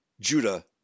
Judah